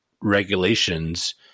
regulations